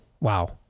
wow